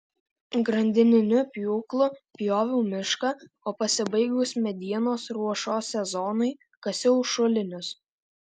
grandininiu pjūklu pjoviau mišką o pasibaigus medienos ruošos sezonui kasiau šulinius